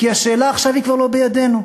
כי השאלה עכשיו כבר לא בידינו.